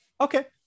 Okay